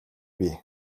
бий